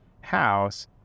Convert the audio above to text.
house